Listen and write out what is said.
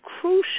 crucial